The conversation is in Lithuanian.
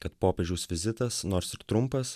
kad popiežiaus vizitas nors ir trumpas